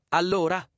allora